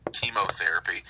chemotherapy